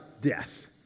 death